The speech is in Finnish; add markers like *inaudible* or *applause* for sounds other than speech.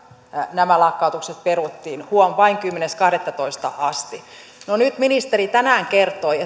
nämä lakkautukset peruttiin huom vain kymmenes kahdettatoista asti nyt ministeri tänään kertoi *unintelligible*